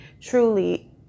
truly